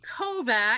Kovac